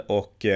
och